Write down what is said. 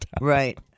Right